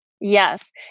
Yes